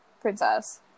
princess